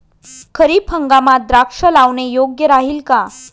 खरीप हंगामात द्राक्षे लावणे योग्य राहिल का?